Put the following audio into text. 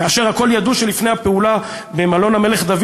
כאשר הכול ידעו שלפני הפעולה במלון "המלך דוד"